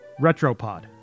retropod